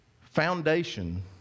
foundation